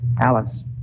Alice